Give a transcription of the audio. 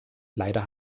leider